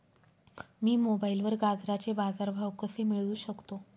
मी मोबाईलवर गाजराचे बाजार भाव कसे मिळवू शकतो?